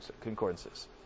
concordances